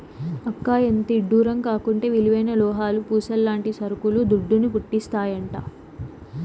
అక్కా, ఎంతిడ్డూరం కాకుంటే విలువైన లోహాలు, పూసల్లాంటి సరుకులు దుడ్డును, పుట్టిస్తాయంట